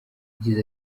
yagize